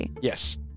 Yes